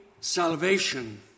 salvation